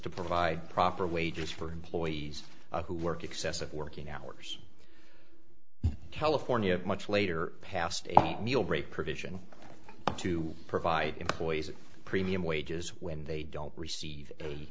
to provide proper wages for employees who work excessive working hours california much later passed a provision to provide employees of premium wages when they don't receive a